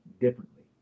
differently